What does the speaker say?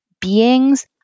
beings